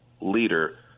leader